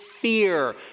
fear